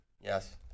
Yes